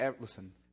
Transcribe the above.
Listen